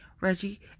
Reggie